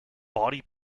body